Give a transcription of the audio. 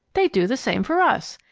they'd do the same for us.